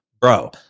bro